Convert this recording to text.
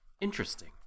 Interesting